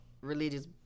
religious